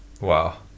wow